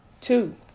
Two